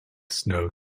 snow